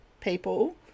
people –